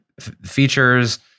features